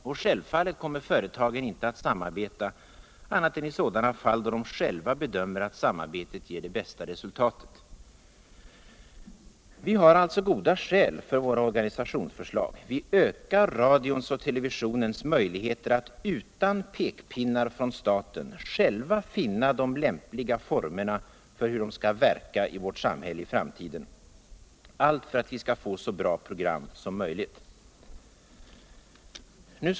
Och självfallet kommer företagen inte att samarbeta annat än i sådana fall då de själva bedömer att samarbete ger bästa resultatet. Vi har alltså goda skäl för våra organisationsförslag. Vi ökar radions och televistonens möjligheter att utan pekpinnar från staten själva finna de lämpligaste formerna för hur de i framtiden skall verka i vårt samhälle för att vi skall få så bra program som möjligt.